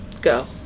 Go